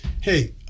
hey